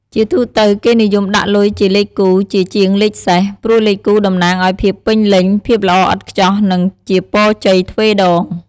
ជាទូទៅគេនិយមដាក់លុយជាលេខគូ ជាជាងលេខសេស ព្រោះលេខគូតំណាងឱ្យភាពពេញលេញ ភាពល្អឥតខ្ចោះ និងជាពរជ័យទ្វេដង។